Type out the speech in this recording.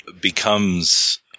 becomes